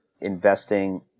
investing